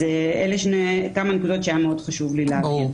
אלה הנקודות שהיה מאוד חשוב לי להבהיר.